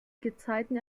gezeiten